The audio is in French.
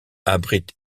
abrite